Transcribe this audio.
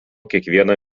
kiekvieną